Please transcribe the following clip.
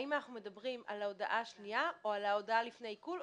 האם אנחנו מדברים על ההודעה השנייה או על ההודעה לפני עיקול,